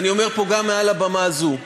אני אומר פה, גם מעל במה זו,